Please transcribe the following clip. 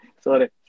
sorry